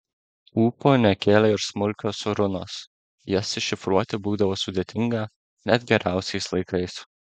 ūpo nekėlė ir smulkios runos jas iššifruoti būdavo sudėtinga net geriausiais laikais